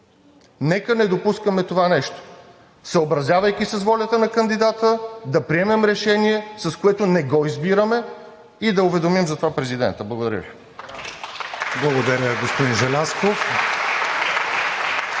Нека не допускаме това нещо. Съобразявайки се с волята на кандидата, да приемем решение, с което не го избираме, и да уведомим за това президента. Благодаря Ви. (Ръкопляскания от